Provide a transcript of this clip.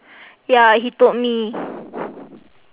ya he told me